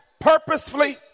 Purposefully